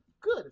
Good